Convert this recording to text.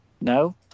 No